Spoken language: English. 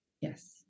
Yes